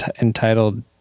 entitled